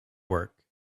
work